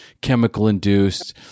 chemical-induced